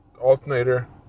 alternator